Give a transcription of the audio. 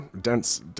dense